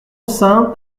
saint